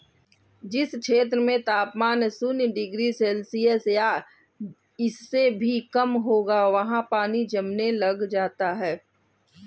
जिस क्षेत्र में तापमान शून्य डिग्री सेल्सियस या इससे भी कम होगा वहाँ पानी जमने लग जाता है